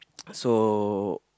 so